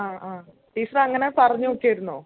ആ ആ ടീച്ചർ അങ്ങനെ പറഞ്ഞ് നോക്കിയിരുന്നോ